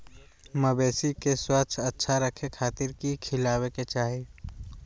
मवेसी के स्वास्थ्य अच्छा रखे खातिर की खिलावे के चाही?